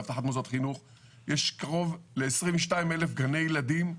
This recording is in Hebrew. יש קרוב ל-22,000 גני ילדים,